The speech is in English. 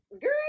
girl